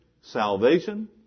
Salvation